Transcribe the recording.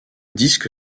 disque